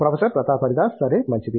professor Pratap Haridas సరే మంచిది